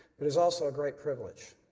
there is also a great privilege.